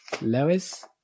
Lewis